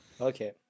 Okay